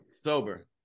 Sober